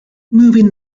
moving